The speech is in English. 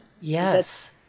Yes